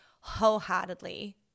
wholeheartedly